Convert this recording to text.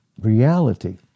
reality